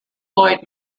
floyd